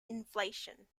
inflation